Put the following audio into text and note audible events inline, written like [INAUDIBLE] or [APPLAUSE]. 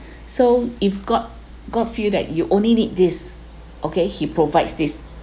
[BREATH] so if god god feel that you only need this okay he provides this